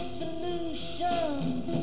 solutions